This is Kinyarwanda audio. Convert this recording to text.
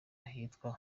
ahitwa